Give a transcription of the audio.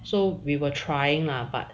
so we were trying lah but